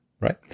Right